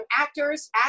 actors